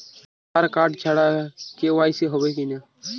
আধার card ছাড়া KYC হবে কিনা?